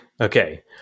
Okay